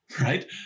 right